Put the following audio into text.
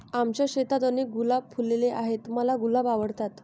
आमच्या शेतात अनेक गुलाब फुलले आहे, मला गुलाब आवडतात